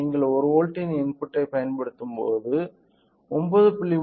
நீங்கள் ஒரு வோல்ட்டின் இன்புட்டைப் பயன்படுத்தும்போது 9